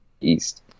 East